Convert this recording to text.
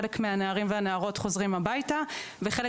חלק מהנערים והנערות חוזרים הביתה וחלק